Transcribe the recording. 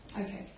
Okay